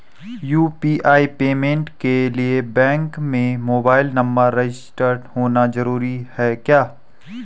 UPI payment के लिए bank में मोबाइल नंबर रजिस्टर्ड होना जरूरी है क्या?